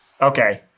Okay